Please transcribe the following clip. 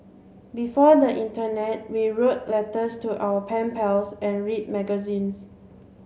before the internet we wrote letters to our pen pals and read magazines